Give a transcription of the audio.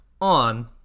on